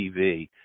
tv